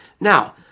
Now